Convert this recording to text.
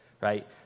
right